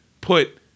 put